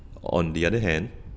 on the other hand